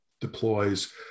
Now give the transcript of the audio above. deploys